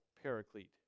paraclete